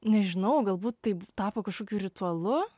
nežinau galbūt taip tapo kažkokiu ritualu